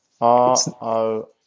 R-O